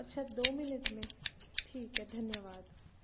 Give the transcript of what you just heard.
अच्छा दो मिनट में ठीक है धन्यवाद